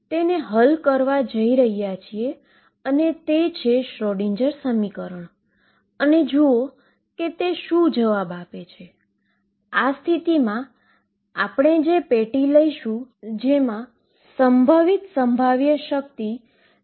જ્યારે હું આ બધાને શ્રોડિંજર સમીકરણમાં મુકુ છું ત્યારે જે હું મેળવીશ તે નીચે મુજબ છે